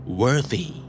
worthy